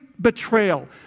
betrayal